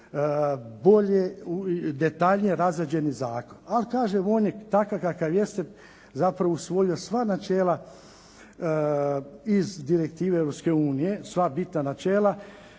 novi detaljnije razrađen zakon. Ali kažem takav kakav jeste zapravo usvojio sva načela iz Direktive Europske unije, sva bitna načela.